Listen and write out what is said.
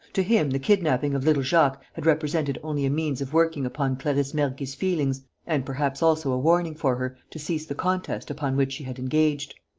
to him, the kidnapping of little jacques had represented only a means of working upon clarisse mergy's feelings and perhaps also a warning for her to cease the contest upon which she had engaged.